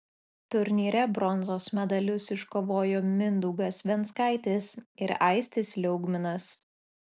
turnyre bronzos medalius iškovojo mindaugas venckaitis ir aistis liaugminas